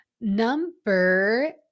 Number